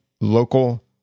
local